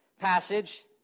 passage